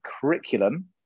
curriculum